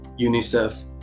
UNICEF